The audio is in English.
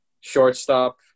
shortstop